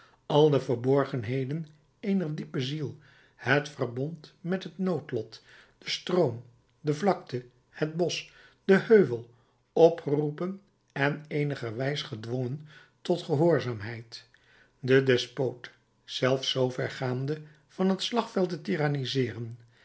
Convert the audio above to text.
al de verborgenheden eener diepe ziel het verbond met het noodlot de stroom de vlakte het bosch de heuvel opgeroepen en eenigerwijs gedwongen tot gehoorzaamheid de despoot zelfs zoover gaande van het slagveld te tyranniseeren